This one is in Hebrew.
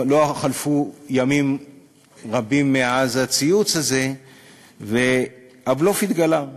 לא חלפו ימים רבים מאז הציוץ הזה והבלוף התגלה: